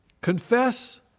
confess